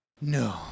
No